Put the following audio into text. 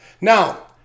Now